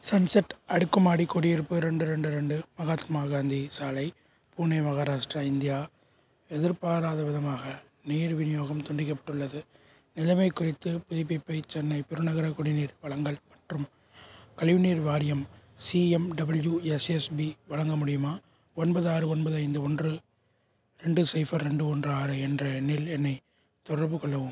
sunset அடுக்குமாடி குடியிருப்பு ரெண்டு ரெண்டு ரெண்டு மகாத்மா காந்தி சாலை புனே மகாராஷ்டிரா இந்தியா எதிர்பாராதவிதமாக நீர் விநியோகம் துண்டிக்கப்பட்டுள்ளது நிலைமை குறித்த புதுப்பிப்பை சென்னை பெருநகர குடிநீர் வழங்கல் மற்றும் கழிவுநீர் வாரியம் சிஎம்டபிள்யூஎஸ்எஸ்பி வழங்க முடியுமா ஒன்பது ஆறு ஒன்பது ஐந்து ஒன்று ரெண்டு சைஃபர் ரெண்டு ஒன்று ஆறு என்ற எண்ணில் என்னைத் தொடர்புகொள்ளவும்